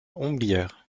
homblières